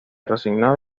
resignado